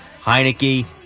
Heineke